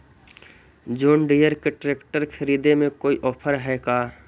जोन Deere के tractor खरिदे में कोई औफर है का?